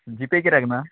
GPay किऱ्याक ना